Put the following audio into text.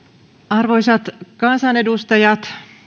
arvoisat kansanedustajat